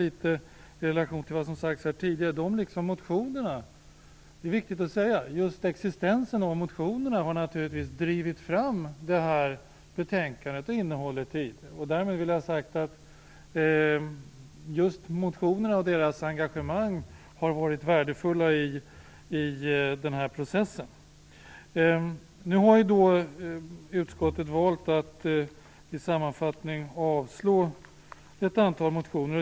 I relation till det som har sagts här tidigare kan jag säga att dessa besök liksom existensen av motionerna har naturligtvis drivit fram innehållet i detta betänkande. Därmed vill jag ha sagt att just engagemanget i motionerna har varit värdefullt i denna process. Utskottet har valt att avstyrka ett antal motioner.